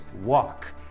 walk